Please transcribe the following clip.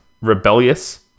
Rebellious